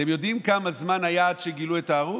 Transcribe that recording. אתם יודעים כמה זמן היה עד שגילו את ההרוג?